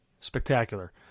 Spectacular